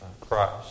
Christ